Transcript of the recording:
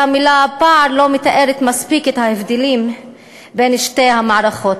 המילה פער כבר לא מתארת מספיק את ההבדלים בין שתי המערכות,